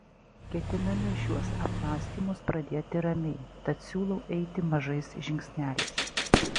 ketiname šiuos apmąstymus pradėti ramiai tad siūlau eiti mažais žingsneliais